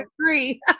agree